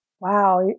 Wow